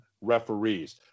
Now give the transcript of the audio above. referees